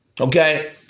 Okay